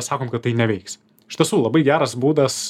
sakom kad tai neveiks iš tiesų labai geras būdas